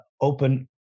open